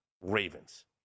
Ravens